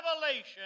revelation